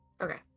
Okay